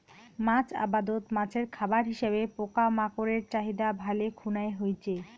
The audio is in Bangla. মাছ আবাদত মাছের খাবার হিসাবে পোকামাকড়ের চাহিদা ভালে খুনায় হইচে